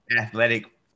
Athletic